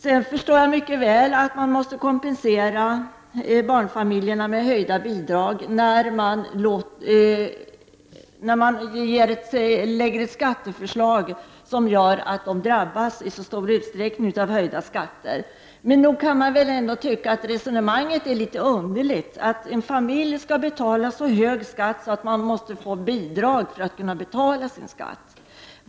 Jag förstår mycket väl att man måste kompensera barnfamiljerna med höjda bidrag när man lägger fram ett skatteförslag som gör att barnfamiljerna i så stor utsträckning drabbas av höjda skatter. Men nog kan man väl få tycka att resonemanget är litet underligt — en familj skall betala så hög skatt att den måste få bidrag för att kunna betala sin skatt.